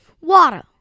water